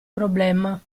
problema